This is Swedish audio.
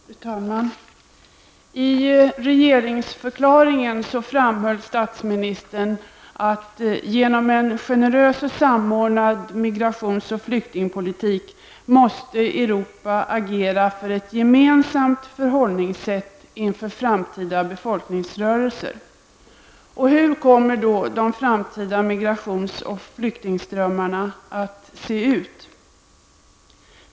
Fru talman! I regeringsförklaringen framhöll statsministern: ''Genom en generös och samordnad migrationsoch flyktingpolitik måste Europa agera för ett gemensamt förhållningssätt inför framtida befolkningsrörelser.'' Hur kommer då de framtida migrations och flyktingströmmarna att se ut?